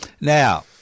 Now